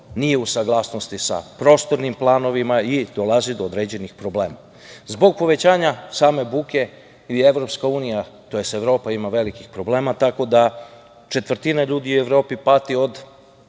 nije u saglasnosti sa prostornim planovima i dolazi do određenih problema. Zbog povećanja same buke i EU, tj. Evropa, ima velikih problema, tako da četvrtina ljudi u Evropi pati od